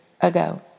ago